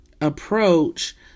approach